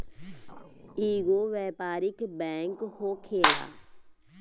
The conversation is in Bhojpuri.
इ एगो व्यापारिक बैंक होखेला